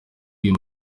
uyu